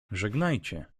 żegnajcie